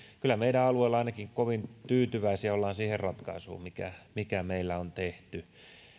kyllä ainakin meidän alueellamme kovin tyytyväisiä ollaan siihen ratkaisuun mikä mikä meillä on tehty